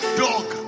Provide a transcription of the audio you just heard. dog